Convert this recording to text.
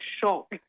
shock